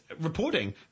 reporting